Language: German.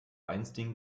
einstigen